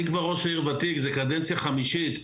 אני כבר ראש עיר ותיק, זו הקדנציה החמישית שלי,